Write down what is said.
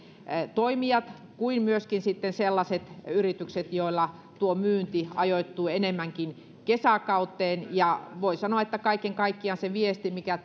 toimijat kuin myöskin sitten sellaiset yritykset joilla tuo myynti ajoittuu enemmänkin kesäkauteen voi sanoa että kaiken kaikkiaan se viesti mikä